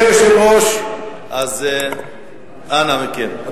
אז אנא מכם.